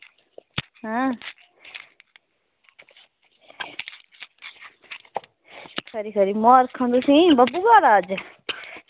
ऐं खरी खरी मबारखां तुसेंगी बब्बुआ दा अज्ज